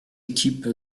équipe